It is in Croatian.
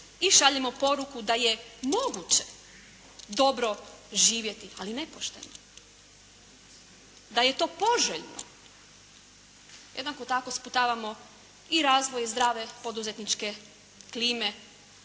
i šaljemo poruku da je moguće dobro živjeti, ali nepošteno, da je to poželjno. Jednako tako sputavamo i razvoj zdrave poduzetničke klime